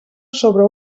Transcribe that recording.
sobre